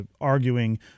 arguing